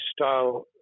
style